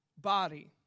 body